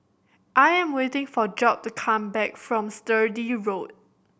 I am waiting for Job to come back from Sturdee Road